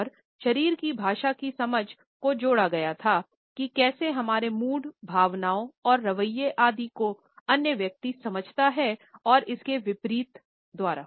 और शरीर की भाषा की समझ को जोड़ा गया था कि कैसे हमारे मूड भावनाओं और रवैये आदि को अन्य व्यक्ति समझता हैं और इसके विपरीत द्वारा